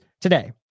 today